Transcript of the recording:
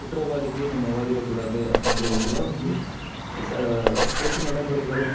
குற்றவாளிக்கு நம்ம வாதிடக்கூடாது அப்படின்ற ஒரு இதில் வந்து அ ச கோர்ட்டு நடைமுறைகள்